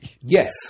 yes